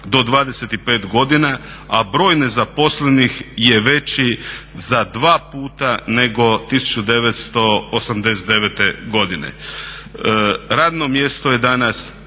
do 25 godina, a broj nezaposlenih je veći za 2 puta nego 1989. godine. Radno mjesto je danas